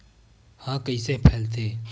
ह कइसे फैलथे?